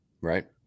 right